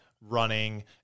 running